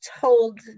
told